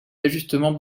d’ajustement